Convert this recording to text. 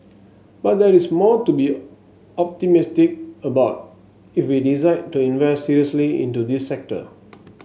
but there is more to be optimistic about if we decide to invest seriously into this sector